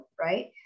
right